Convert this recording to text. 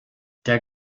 der